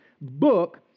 book